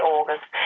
August